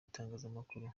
itangazamakuru